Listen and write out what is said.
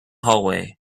hallway